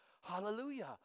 hallelujah